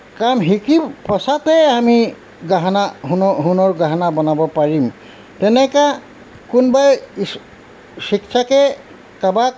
কাম শিকিম সঁচাতেই আমি গহনা সোণৰ সোণৰ গহনা বনাব পাৰিম তেনেকা কোনোবাই ইচ শিক্ষকে কাবাক